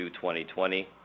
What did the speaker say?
2020